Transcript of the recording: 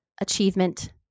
achievement